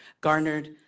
garnered